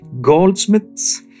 goldsmiths